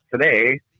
today